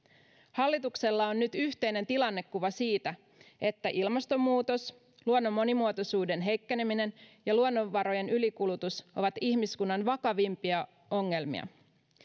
hallituksella on nyt yhteinen tilannekuva siitä että ilmastonmuutos luonnon monimuotoisuuden heikkeneminen ja luonnonvarojen ylikulutus ovat ihmiskunnan vakavimpia ongelmia